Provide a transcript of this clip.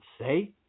say